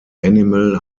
animal